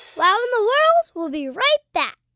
wow in the world will be right back.